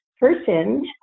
person